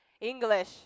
English